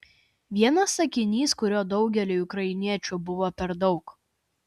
vienas sakinys kurio daugeliui ukrainiečių buvo per daug